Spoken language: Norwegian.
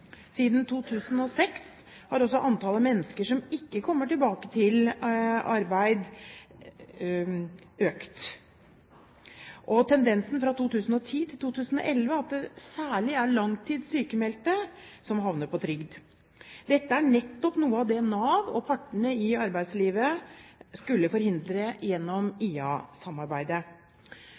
2006 har også antall mennesker som ikke kommer tilbake til arbeid, økt. Tendensen fra 2010–2011 er at det særlig er langtidssykmeldte som havner på trygd. Dette var nettopp noe av det Nav og partene i arbeidslivet skulle forhindre gjennom